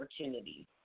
opportunities